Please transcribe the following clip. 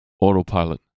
autopilot